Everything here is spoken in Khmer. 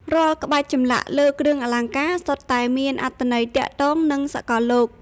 រាល់ក្បាច់ចម្លាក់លើគ្រឿងអលង្ការសុទ្ធតែមានអត្ថន័យទាក់ទងនឹងសកលលោក។